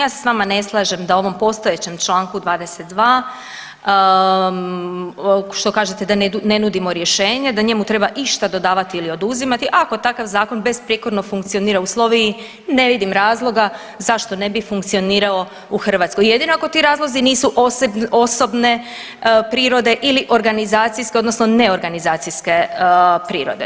Ja se s vama ne slažem da ovom postojećem čl. 22. što kažete da ne nudimo rješenje, da njemu treba išta dodavati i oduzimati, ako takav zakon besprijekorno funkcionira u Sloveniji ne vidim razloga zašto ne bi funkcionirao u Hrvatskoj, jedino ako ti razlozi nisu osobne prirode ili organizacijske odnosno ne organizacijske prirode.